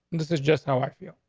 this is just how i feel.